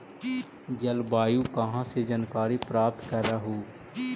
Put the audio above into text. जलवायु कहा से जानकारी प्राप्त करहू?